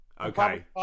Okay